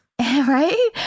Right